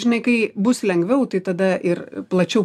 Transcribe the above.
žinai kai bus lengviau tai tada ir plačiau